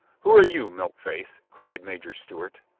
who are you, milk face? cried major stewart.